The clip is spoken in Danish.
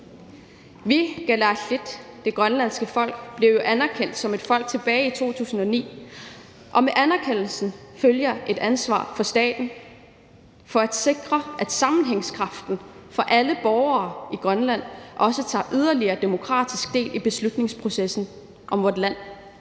Vi kalaaleq, det grønlandske folk, blev anerkendt som et folk tilbage i 2009, og med anerkendelsen følger et ansvar for staten for at sikre, at man med sammenhængskraften for alle borgere i Grønland også tager yderligere demokratisk del i beslutningsprocessen for vort land.